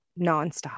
nonstop